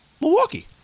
Milwaukee